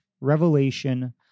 revelation